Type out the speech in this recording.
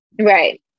Right